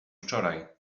wczoraj